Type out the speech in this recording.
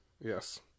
Yes